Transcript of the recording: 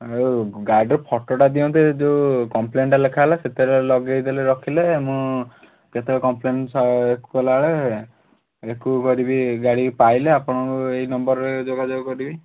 ଆଉ ଗାଡ଼ିର ଫୋଟଟା ଦିଅନ୍ତେ ଯେଉଁ କମ୍ପ୍ଲେନ୍ଟା ଲେଖା ହେଲା ସେଥିରେ ଲଗେଇଦେଲେ ରଖିଲେ ମୁଁ କେତେବେଳେ କମ୍ପ୍ଲେନ୍ ସ କଲାବେଳେ ୟାକୁ କରିବି ଗାଡ଼ିକି ପାଇଲେ ଆପଣଙ୍କୁ ଏଇ ନମ୍ବର୍ରେ ଯୋଗାଯୋଗ କରିବି